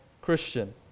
Christian